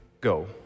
go